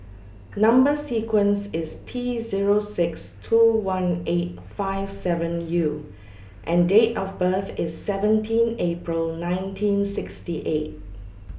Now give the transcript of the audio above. Number sequence IS T Zero six two one eight five seven U and Date of birth IS seventeen April nineteen sixty eight